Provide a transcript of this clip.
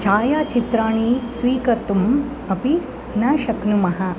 छायाचित्राणि स्वीकर्तुम् अपि न शक्नुमः